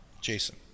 Jason